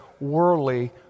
worldly